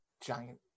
giant